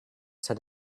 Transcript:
said